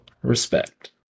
Respect